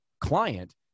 client